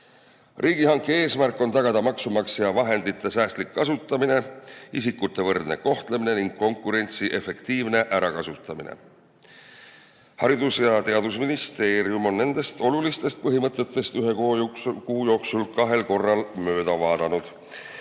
Riigihanke eesmärk on tagada maksumaksja vahendite säästlik kasutamine, isikute võrdne kohtlemine ning konkurentsi efektiivne ärakasutamine. Haridus- ja Teadusministeerium on nendest olulistest põhimõtetest ühe kuu jooksul kahel korral mööda vaadanud.